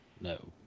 no